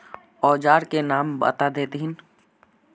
औजार के नाम बता देथिन?